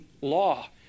law